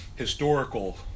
historical